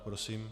Prosím.